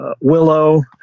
Willow